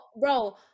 bro